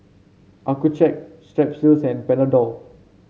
Accucheck Strepsils and Panadol